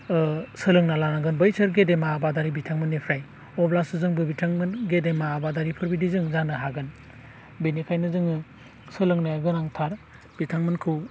सोलोंना लानांगोन बैसोर गेदेमा आबादारि बिथांमोननिफ्राय अब्लासो जोंबो बिथांमोन गेदेमा आबादारिफोरबायदि जों जानो हागोन बिनिखायनो जोङो सोलोंनाया गोनांथार बिथांमोनखौ